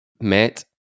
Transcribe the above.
met